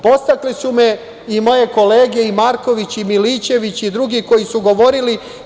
Podstakli su me i moje kolege Marković i Milićević i drugi koji su govorili.